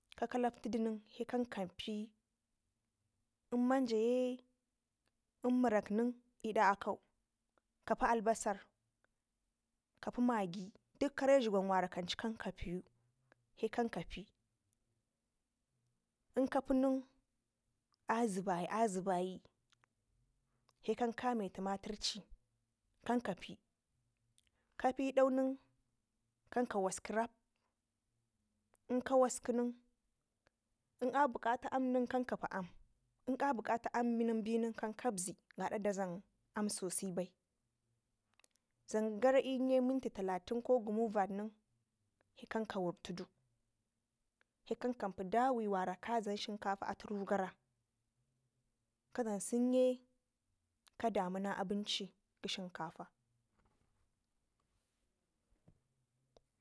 ka kalaktudi nen he kan kapi ln manjoye ln murak nen l'da akau kapi albasar kapi magi dik kare dlugwan wara kancun kankapi he kankapi lnkapinen azebayi azebayi he kan kame tuma turci he kan kan kapi kape dau nenkan ka waski rap inka waski nen ln a bukata atu aam nen kankapi aam. in a bikata aam ben kan kabzi gada dadlam aam sose bai dlam gara inye minti talatin ko gumuvad nen se kan ka wurtudu he kan kapipi da we wara kadlam shinkafa atu rugara sen ye kadam una abunci kɘ shinkafa.